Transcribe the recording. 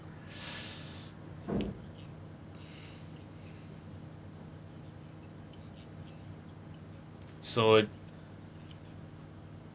so